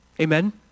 Amen